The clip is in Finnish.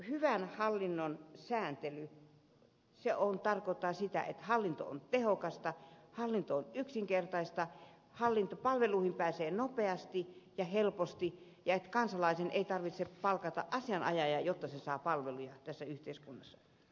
hyvän hallinnon periaate tarkoittaa sitä että hallinto on tehokasta hallinto on yksinkertaista hallintopalveluihin pääsee nopeasti ja helposti ja kansalaisen ei tarvitse palkata asianajajaa jotta saa palveluja tässä yhteiskunnassa